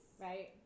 Right